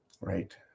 right